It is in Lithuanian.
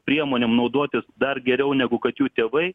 priemonėm naudotis dar geriau negu kad jų tėvai